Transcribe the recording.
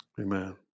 amen